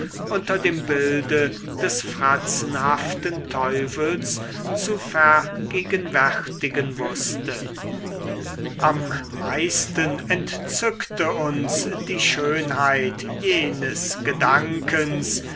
unter dem bilde des fratzenhaften teufels zu vergegenwärtigen wußte am meisten entzückte uns die schönheit jenes gedankens